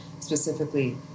specifically